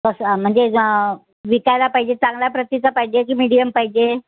कसा म्हणजे विकायला पाहिजे चांगल्या प्रतीचा पाहिजे की मीडियम पाहिजे